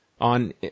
on –